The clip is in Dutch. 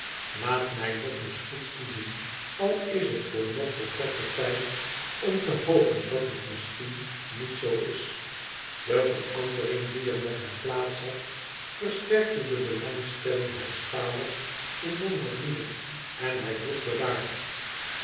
laat mij nog eens goed toezien al is het voor nog zoo korten tijd om te hopen dat het misschien niet zoo is de verandering die er met haar plaats had versterkte de belangstelling haars vaders in nommer vier en hij vroeg bedaard